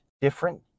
different